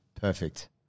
Perfect